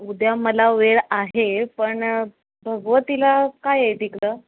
उद्या मला वेळ आहे पण भगवतीला काय आहे तिकडं